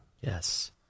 Yes